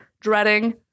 dreading